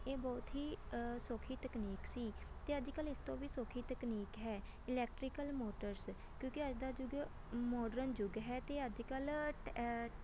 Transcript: ਇਹ ਬਹੁਤ ਹੀ ਸੌਖੀ ਤਕਨੀਕ ਸੀ ਅਤੇ ਅੱਜ ਕੱਲ੍ਹ ਇਸ ਤੋਂ ਵੀ ਸੌਖੀ ਤਕਨੀਕ ਹੈ ਇਲੈਕਟਰੀਕਲ ਮੋਟਰਸ ਕਿਉਂਕਿ ਅੱਜ ਦਾ ਯੁੱਗ ਮੋਡਰਨ ਯੁੱਗ ਹੈ ਅਤੇ ਅੱਜ ਕੱਲ੍ਹ ਟ